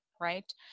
right